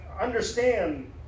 understand